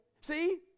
See